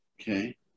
Okay